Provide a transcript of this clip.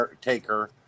Taker